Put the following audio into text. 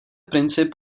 princip